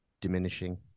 diminishing